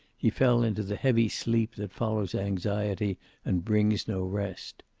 he fell into the heavy sleep that follows anxiety and brings no rest.